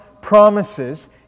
promises